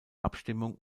abstimmung